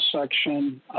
section